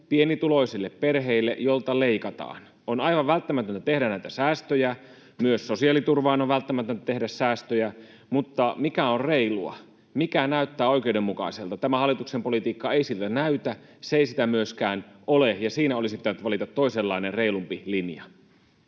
pienituloisille perheille, joilta leikataan. On aivan välttämätöntä tehdä näitä säästöjä, myös sosiaaliturvaan on välttämätöntä tehdä säästöjä, mutta mikä on reilua? Mikä näyttää oikeudenmukaiselta? Tämä hallituksen politiikka ei siltä näytä, se ei sitä myöskään ole, ja siinä olisi pitänyt valita toisenlainen, reilumpi linja.